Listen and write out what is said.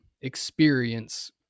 experience